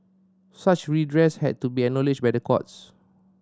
such redress had to be acknowledged by the courts